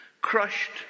crushed